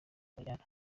umunyana